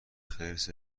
خرس